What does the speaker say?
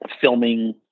filming